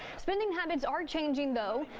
spending habits are changing, though.